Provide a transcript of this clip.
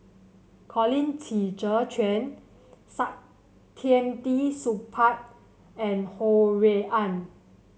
Colin Qi Zhe Quan Saktiandi Supaat and Ho Rui An